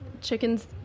Chickens